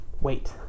Wait